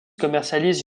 commercialise